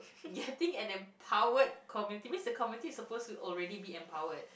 getting an empowered community means the community is supposed to already be empowered